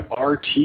RT